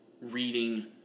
reading